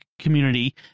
community